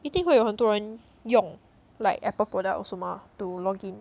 一定会有很多人用 like apple product also mah to log in